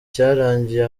cyarangiye